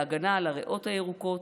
בהגנה על הריאות הירוקות,